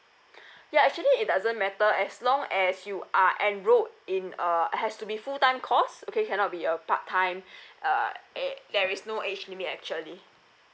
ya actually it doesn't matter as long as you are enrolled in a has to be full time course okay cannot be a part time uh eh there is no age limit actually